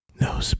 No